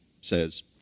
says